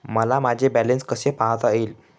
मला माझे बॅलन्स कसे पाहता येईल?